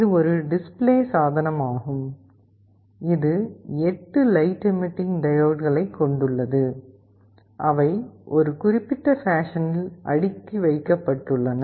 இது ஒரு டிஸ்ப்ளே சாதனமாகும் இது 8 லைட் எமிட்டிங் டையோட்களைக் கொண்டுள்ளது அவை ஒரு குறிப்பிட்ட பேஷனில் அடுக்கி வைக்கப்பட்டுள்ளன